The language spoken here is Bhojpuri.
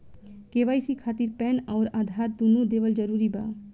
के.वाइ.सी खातिर पैन आउर आधार दुनों देवल जरूरी बा?